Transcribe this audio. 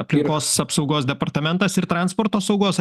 aplinkos apsaugos departamentas ir transporto saugos